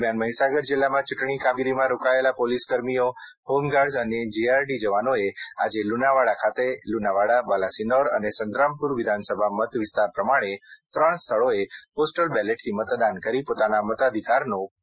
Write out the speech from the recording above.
દરમ્યાન મહીસાગર જિલ્લામાં ચૂંટણી કામગીરીમાં રોકાયેલા પોલીસ કર્મી હોમગાર્ડ અને જીઆરડી જવાનો એ આજે લુણાવાડા ખાતે લુણાવાડાબાલાસિનોર અને સંતરામપુર વિધાનસભા મતવિસ્તાર પ્રમાણે ત્રણ સ્થળોએ પોસ્ટલ બેલેટથી મતદાન કરી પોતાના મતાધિકારનો પ્રયોગ કર્યો હતો